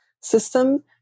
system